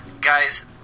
guys